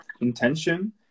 intention